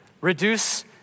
Reduce